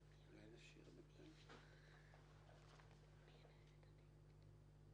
יש תקנה להעביר לקנס מנהלי את הנושא של תכנון